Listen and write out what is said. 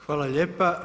Hvala lijepa.